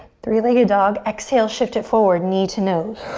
three-legged dog. exhale, shift it forward, knee to nose.